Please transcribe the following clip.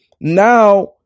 now